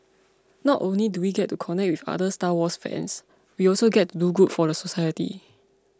not only do we get to connect with other Star Wars fans we also get to do good for society